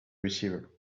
receiver